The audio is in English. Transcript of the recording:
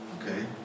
Okay